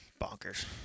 Bonkers